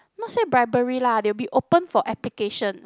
not say bribery lah they will be open for applications